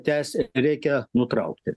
tęsė reikia nutraukti